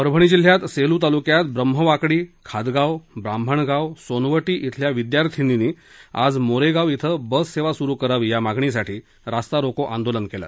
परभणी जिल्ह्यात सेलू ताल्क्यात ब्रम्हवाकडी खादगाव ब्राम्हणगाव सोनवटी इथल्या विद्यार्थ्यांनीनी आज मोरेगाव इथं बस सेवा सुरू करावी या मागणीसाठी रास्तारोको आंदोलन केलं